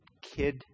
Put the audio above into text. kid